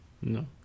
no